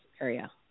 area